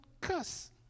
cuss